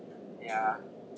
yeah